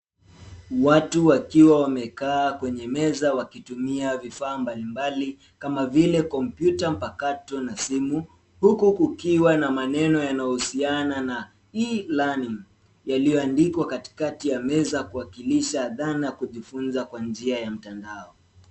Watu wakiwa wamekaa kwenye meza wakitumia vifaa mbalimbali, kama vile kompyuta mpakato na simu, huku kukiwa na maneno yanayohusiana na e-learning yaliyoandikwa katikati ya meza kuwakilisha dhana ya kujifunza kwa njia ya mtandao.